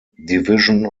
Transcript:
division